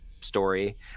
story